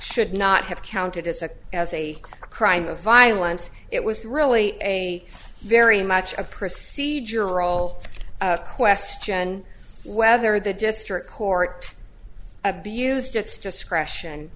should not have counted as a as a crime of violence it was really a very much a procedural question whether the district court abused its discretion